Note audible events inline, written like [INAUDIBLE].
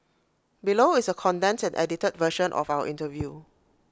below is A condensed and edited version of our interview [NOISE]